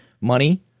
Money